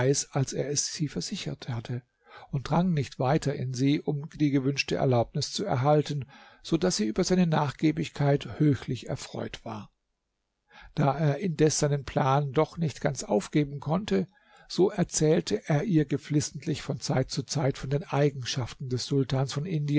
als er es sie versichert hatte und drang nicht weiter in sie um die gewünschte erlaubnis zu erhalten so daß sie über seine nachgiebigkeit höchlich erfreut war da er indes seinen plan doch nicht ganz aufgeben konnte so erzählte er ihr geflissentlich von zeit zu zeit von den eigenschaften des sultans von